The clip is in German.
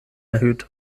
erhöhte